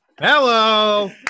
hello